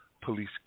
police